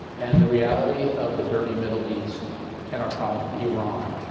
and the reality of the dirty middle east and our problems with iran.